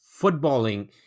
footballing